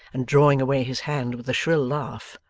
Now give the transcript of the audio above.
and drawing away his hand with a shrill laugh.